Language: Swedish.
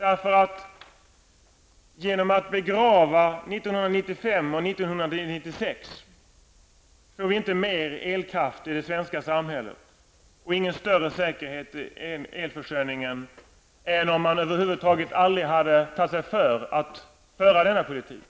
Genom att begrava årtalen 1995 och 1996 får vi inte mer elkraft i det svenska samhället och ingen större säkerhet i elförsörjningen än om man över huvud taget aldrig hade tagit sig för att föra denna politik.